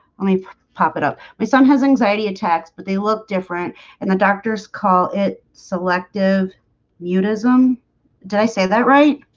and pop it up my son has anxiety attacks, but they look different and the doctors call it selective mutism did i say that right?